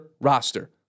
roster